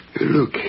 Look